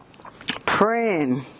praying